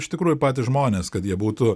iš tikrųjų patys žmonės kad jie būtų